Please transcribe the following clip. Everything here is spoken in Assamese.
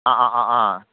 অঁ অঁ অঁ অঁ